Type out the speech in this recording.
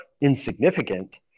insignificant